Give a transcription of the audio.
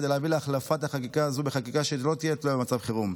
כדי להביא להחלפת החקיקה הזו בחקיקה שלא תהיה תלויה במצב חירום.